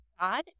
God